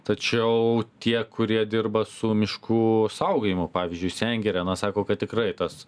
tačiau tie kurie dirba su miškų saugojimu pavyzdžiui sengire na sako kad tikrai tas